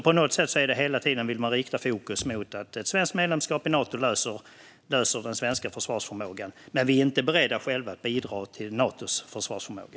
På något sätt vill man hela tiden rikta fokus på att ett svenskt medlemskap i Nato stärker den svenska försvarsförmågan - när vi inte själva är beredda att bidra till Natos försvarsförmåga.